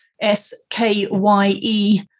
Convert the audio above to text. S-K-Y-E